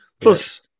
Plus